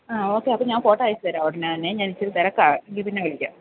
ആ ഓക്കെ അപ്പം ഞാൻ ഫോട്ടോ അയച്ചു തരാം ഉടനെ തന്നെ ഞാൻ ഇച്ചിരി തിരക്കാണ് എങ്കിൽ പിന്നെ വിളിക്കാം